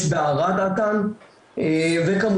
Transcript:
יש בערד אט"ן וכמובן,